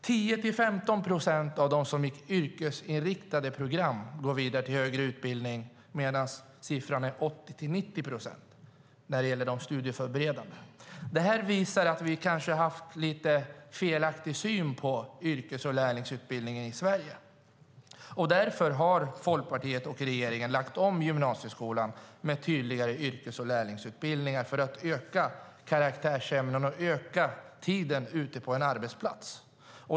10-15 procent av dem som gick yrkesinriktade program gick vidare till högre utbildning medan siffran var 80-90 procent för dem som gått studieförberedande. Detta visar att vi kanske har haft lite felaktig syn på yrkes och lärlingsutbildningen i Sverige. Därför har Folkpartiet och regeringen gjort om gymnasieskolan med tydligare yrkes och lärlingsutbildningar för att öka karaktärsämnena och tiden ute på en arbetsplats.